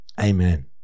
Amen